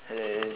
hello